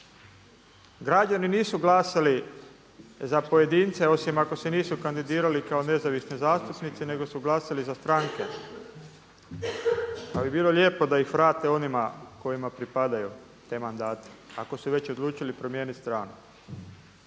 Građani nisu glasali za pojedince osim ako se nisu kandidirali kao nezavisni zastupnici, nego su glasali za stranke, ali bi bilo lijepo da ih vrate onima kojima pripadaju ti mandati ako su već odlučili promijeniti stranu.